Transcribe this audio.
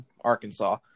Arkansas